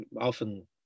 often